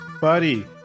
buddy